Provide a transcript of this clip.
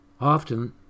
Often